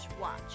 watch